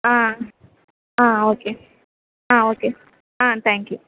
ah ah okay ah okay ah thank you